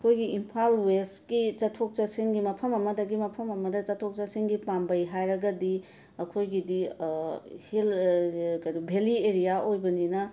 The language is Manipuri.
ꯑꯩꯈꯣꯏꯒꯤ ꯏꯝꯐꯥꯜ ꯋꯦꯁꯀꯤ ꯆꯠꯊꯣꯛ ꯆꯠꯁꯤꯟꯒꯤ ꯃꯐꯝ ꯑꯃꯗꯒꯤ ꯃꯐꯝ ꯑꯃꯗ ꯆꯠꯊꯣꯛ ꯆꯠꯁꯤꯟꯒꯤ ꯄꯥꯝꯕꯩ ꯍꯥꯏꯔꯒꯗꯤ ꯑꯩꯈꯣꯏꯒꯤꯗꯤ ꯍꯤꯜ ꯀꯩꯅꯣ ꯚꯦꯂꯤ ꯑꯦꯔꯤꯌꯥ ꯑꯣꯏꯕꯅꯤꯅ